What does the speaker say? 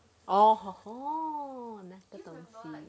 oh no